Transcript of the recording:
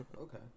okay